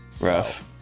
Rough